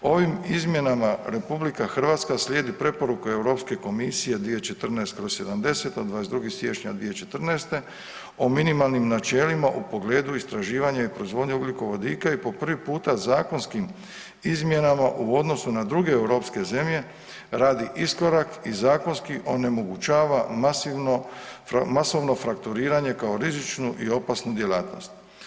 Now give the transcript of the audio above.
Ovim izmjenama RH slijedi preporuku EU komisije 2014/70 od 22. siječnja 2014. o minimalnim načelima o pogledu istraživanja i proizvodnji ugljikovodika i po prvi puta zakonskim izmjenama u odnosu na druge europske zemlje radi iskorak i zakonski onemogućava masivno frakturiranje kao rizičnu i opasnu djelatnost.